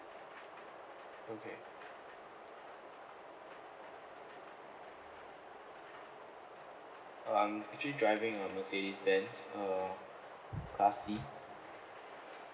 okay uh I'm actually driving a Mercedes Benz uh class C